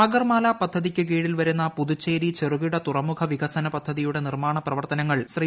സാഗർമാല പദ്ധതിയിൻ കീഴിൽ വരുന്ന പുതുച്ചേരി ചെറുകിട തുറമുഖ വികസന പദ്ധതിയുടെ നിർമ്മാണ പ്രവർത്തനങ്ങൾ ശ്രീ